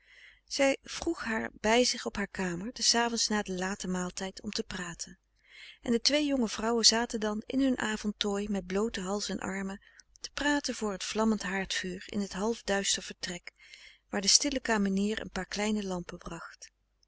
zij vroeg haar bij zich op haar kamer des avonds na den laten maaltijd om te praten en de twee jonge vrouwen zaten dan in hun avondtooi met blooten hals en armen te praten voor het vlammend haardvuur in t half duister vertrek waar de stille kamenier een paar kleine lampen bracht